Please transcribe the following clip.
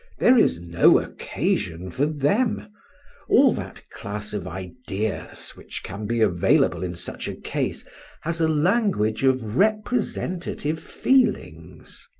there is no occasion for them all that class of ideas which can be available in such a case has a language of representative feelings.